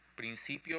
principios